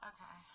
Okay